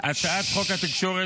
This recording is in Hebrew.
הצעת חוק התקשורת,